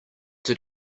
did